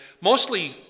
mostly